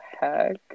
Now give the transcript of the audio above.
heck